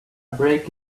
break